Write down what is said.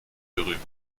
berühmt